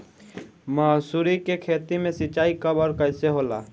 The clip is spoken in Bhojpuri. मसुरी के खेती में सिंचाई कब और कैसे होला?